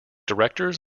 directors